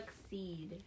succeed